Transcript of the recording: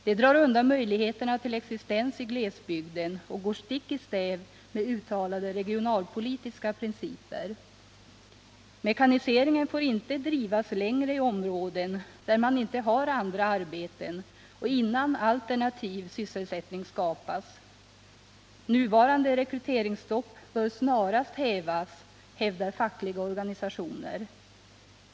Det drar undan möjligheterna till existens i glesbygden och går stick i stäv med uttalade regionalpolitiska principer. Mekaniseringen får inte drivas längre i områden där man inte har andra arbeten och innan alternativ sysselsättning skapas. Nuvarande rekryteringsstopp bör snarast hävas, hävdar fackliga organisationer.